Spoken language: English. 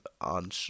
on